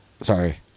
sorry